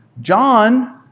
John